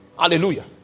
hallelujah